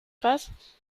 paz